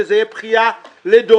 וזה יהיה בכיה לדורות,